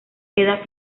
queda